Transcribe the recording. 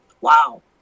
wow